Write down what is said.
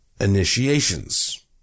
initiations